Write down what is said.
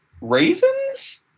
Raisins